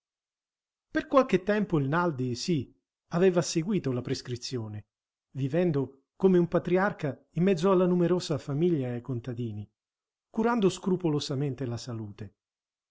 per qualche tempo il naldi sì aveva seguito la prescrizione vivendo come un patriarca in mezzo alla numerosa famiglia e ai contadini curando scrupolosamente la salute